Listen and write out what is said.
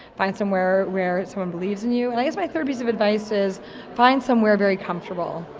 find somewhere where someone believes in you, and i guess my third piece of advice is find somewhere very comfortable.